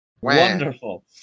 Wonderful